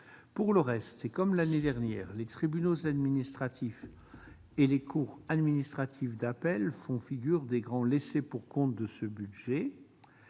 Pour le reste, comme l'année dernière, les tribunaux administratifs et les cours administratives d'appel font figure des grands laissés-pour-compte de ce budget,